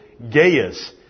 Gaius